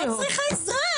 אני צריכה עזרה.